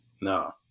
No